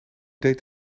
deed